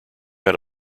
had